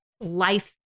life